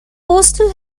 postal